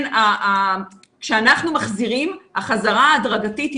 כשאנחנו מחזירים ההחזרה ההדרגתית היא